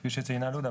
כפי שציינה לודה,